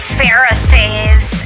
pharisees